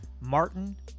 Martin